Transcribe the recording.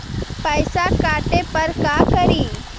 पैसा काटे पर का करि?